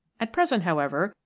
at present, however,